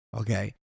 Okay